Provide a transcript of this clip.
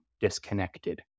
disconnected